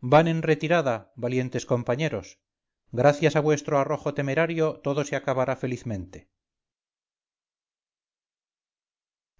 van en retirada valientes compañeros gracias a vuestro arrojo temerario todo se acabará felizmente